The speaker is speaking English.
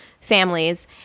families